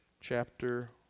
chapter